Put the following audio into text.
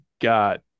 got –